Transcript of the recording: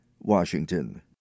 Washington